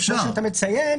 כמו שאתה מציין,